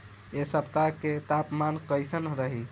एह सप्ताह के तापमान कईसन रही?